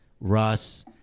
Russ